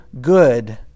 good